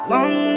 Long